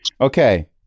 Okay